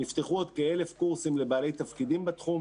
נפתחו עוד כ-1,000 קורסים לבעלי תפקידים בתחום,